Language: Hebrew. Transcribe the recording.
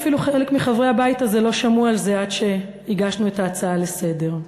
חלק מחברי הבית הזה אפילו לא שמעו על זה עד שהגשנו את ההצעה לסדר-היום.